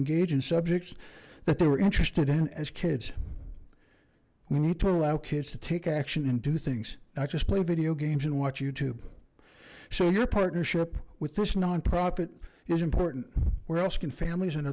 engage in subjects that they were interested in as kids we need to allow kids to take action and do things now just play video games and watch youtube so your partnership with this nonprofit is important where else can families an